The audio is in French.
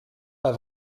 pas